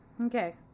okay